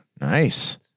nice